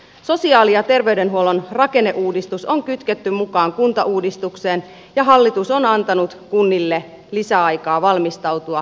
sosiaali ja terveydenhuollon rakenneuudistus on kytketty mukaan kuntauudistukseen ja hallitus on antanut kunnille lisäaikaa valmistautua kuntaliitoksiin